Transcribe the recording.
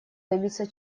добиться